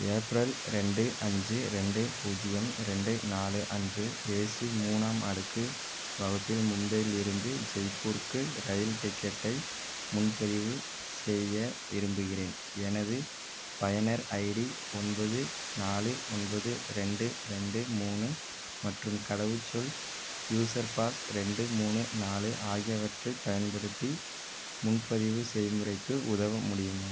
April ரெண்டு அஞ்சு ரெண்டு பூஜ்ஜியம் ரெண்டு நாலு அன்று ஏசி மூணு ஆம் அடுக்கு வகுப்பில் மும்பையில் இருந்து ஜெய்ப்பூருக்கு ரயில் டிக்கெட்டை முன்பதிவு செய்ய விரும்புகிறேன் எனது பயனர் ஐடி ஒன்பது நாலு ஒன்பது ரெண்டு ரெண்டு மூணு மற்றும் கடவுச்சொல் யூசர்பாஸ் ரெண்டு மூணு நாலு ஆகியவற்றை பயன்படுத்தி முன்பதிவு செய்முறைக்கு உதவ முடியுமா